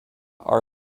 are